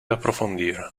approfondire